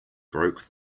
broke